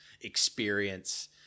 experience